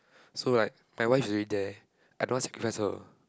so like my wife's already there I don't want to sacrifice her